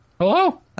Hello